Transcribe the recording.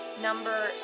number